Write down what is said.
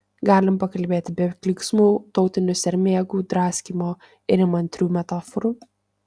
galim pakalbėti be klyksmų tautinių sermėgų draskymo ir įmantrių metaforų